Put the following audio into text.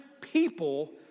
people